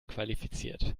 qualifiziert